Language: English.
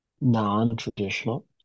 non-traditional